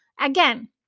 Again